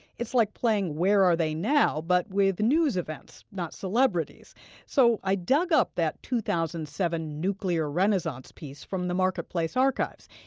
it's like playing where are they now? but with news events, not celebrities so i dug up that two thousand and seven nuclear renaissance piece from the marketplace archives.